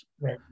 Right